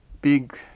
big